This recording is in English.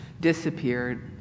disappeared